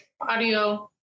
Audio